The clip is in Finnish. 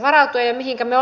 pahoittelen sitä